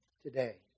today